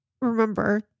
remember